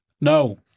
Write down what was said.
No